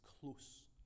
close